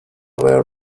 were